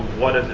what